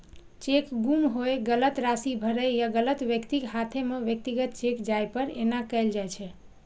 cheque गुम होय, गलत राशि भरै या गलत व्यक्तिक हाथे मे व्यक्तिगत चेक जाय पर एना कैल जाइ छै